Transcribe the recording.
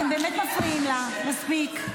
אתם באמת מפריעים לה, מספיק.